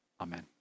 Amen